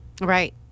Right